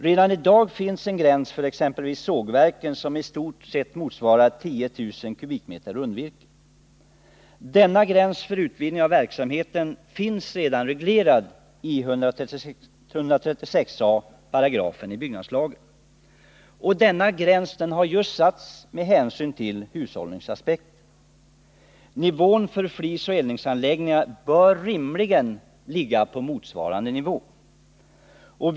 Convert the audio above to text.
Redan i dag finns en gräns för exempelvis sågverken, som i stort motsvarar 10 000 m? rundvirke. Denna gräns för verksamheten finns redan reglerad i 136 a § byggnadslagen. Den har satts med hänsyn till just hushållningsaspekten. För flis och eldningsanläggningar bör rimligen motsvarande nivå fastställas.